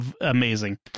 amazing